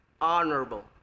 honorable